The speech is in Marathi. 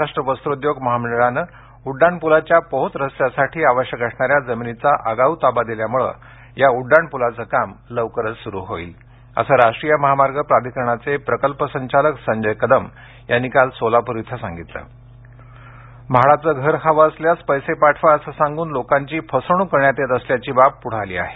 महाराष्ट्र वस्त्रोद्योग महामंडळानं उड्डाणप्लाच्या पोहोच रस्त्यासाठी आवश्यक असणाऱ्या जमिनीचा आगावू ताबा दिल्यामुळे या उड्डाणपुलाचं काम लवकरच सुरू होईल असं राष्ट्रीय महामार्ग प्राधिकरणाचे प्रकल्प संचालक संजय कदम यांनी काल सोलापूरमध्ये सांगितलं म्हाडा म्हाडाचे घर हवे असल्यास पैसे पाठवा असं सांगून लोकांची फसवणूक करण्यात येत असल्याची बाब पुढे आली आहे